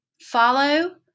follow